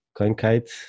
CoinKite